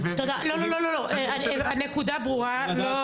תודה, לא, לא, לא, הנקודה ברורה, לא.